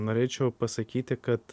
norėčiau pasakyti kad